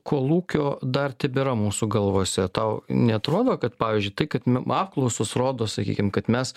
kolūkio dar tebėra mūsų galvose tau neatrodo kad pavyzdžiui tai kad apklausos rodo sakykim kad mes